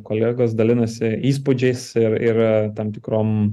kolegos dalinasi įspūdžiais ir ir tam tikrom